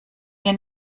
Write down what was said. mir